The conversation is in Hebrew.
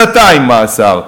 שנתיים מאסר.